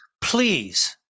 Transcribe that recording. please